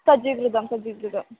सज्जीकृतं सज्जीकृतं